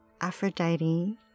Aphrodite